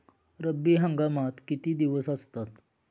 रब्बी हंगामात किती दिवस असतात?